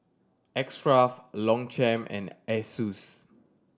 X Craft Longchamp and Asus